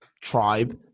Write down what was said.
tribe